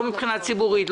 לא מבחינה ציבורית,